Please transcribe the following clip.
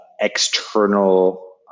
external